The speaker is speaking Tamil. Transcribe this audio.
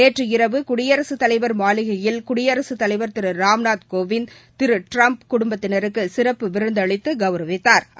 நேற்று இரவு குடியரசுத் தலைவர் மாளிகையில் குடியரசுத் தலைவர் திரு ராம்நாத் கோவிந்த திரு ட்டிரம்ப் குடும்பத்தினருக்கு சிறப்பு விருந்தளித்து கௌரவித்தாா்